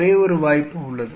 ஒரே ஒரு வாய்ப்பு உள்ளது